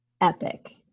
epic